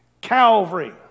Calvary